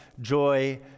joy